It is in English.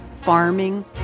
farming